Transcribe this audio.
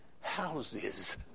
houses